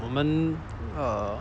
我们 uh